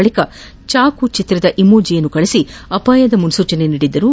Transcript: ಬಳಿಕ ಚಾಕು ಚಿತ್ರದ ಇಮೋಜಿಯನ್ನು ಕಳಿಸಿ ಅಪಾಯದ ಮುನ್ಲೂಚನೆ ನೀಡಿದ್ದರು